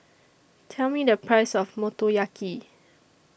Tell Me The Price of Motoyaki